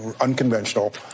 unconventional